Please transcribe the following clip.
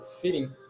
fitting